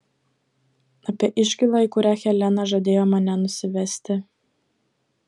apie iškylą į kurią helena žadėjo mane nusivesti